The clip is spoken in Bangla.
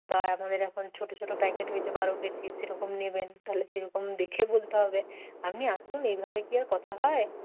বা আমাদের এখন ছোটো ছোটো প্যাকেট হয়েছে বারো কেজির সেরকম নেবেন তাহলে সেরকম দেখে বলতে হবে আপনি আসুন এইভাবে কি আর কথা হয়